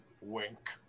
Wink